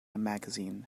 magazine